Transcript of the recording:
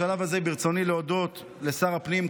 בשלב הזה ברצוני להודות לשר הפנים,